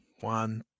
one